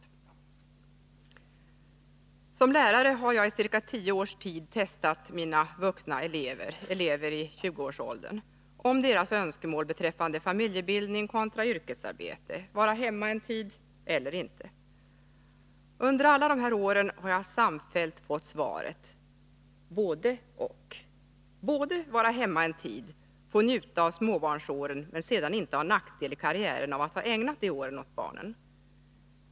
Som lärare har jag i ca tio års tid testat mina vuxna elever — elever i 20-årsåldern — om deras önskemål beträffande familjebildning kontra yrkesarbete, om de vill vara hemma en tid eller ej. Under alla dessa år har jag samfällt fått svaret: både — och. Både vara hemma en tid och få njuta av småbarnsåren, men sedan inte ha nackdel i karriären av att ha ägnat de åren åt barnen.